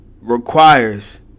requires